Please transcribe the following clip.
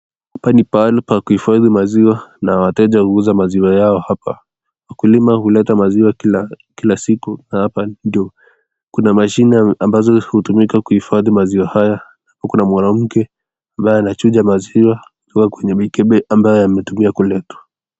Hapa ni pahali pa kuhifadhi maziwa na wateja huuza maziwa yao hapa. Wakulima huleta maziwa kila siku na hapa ndio kuna mashini ambazo hutumika kuhifadhi maziwa haya. Huku kuna mwanamke ambaye anachuja maziwa kutoka kwenye mikebe ambayo yametumia kuletwa.